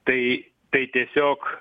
tai tai tiesiog